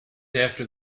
after